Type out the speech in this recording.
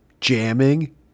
jamming